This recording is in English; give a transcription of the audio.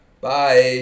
Bye